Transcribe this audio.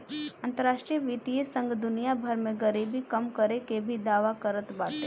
अंतरराष्ट्रीय वित्तीय संघ दुनिया भर में गरीबी कम करे के भी दावा करत बाटे